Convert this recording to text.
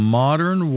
modern